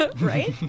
Right